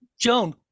Joan